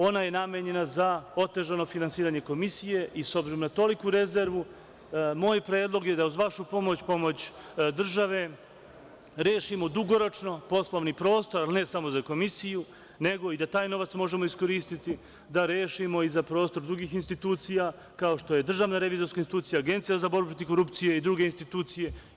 Ona je namenjena za otežano finansiranje Komisije i s obzirom na toliku rezervu, moj predlog je da uz vašu pomoć, pomoć države, rešimo dugoročno poslovni prostor, ali ne samo za Komisiju, nego i da taj novac možemo iskoristiti da rešimo i za prostor drugih institucija, kao što je DRI, Agencija za borbu protiv korupcije i druge institucije.